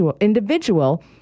individual